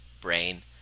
brain